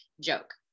joke